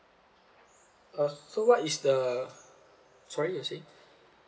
uh so what is the sorry you say